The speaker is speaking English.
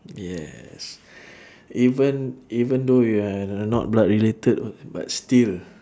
yes even even though we are not blood related but still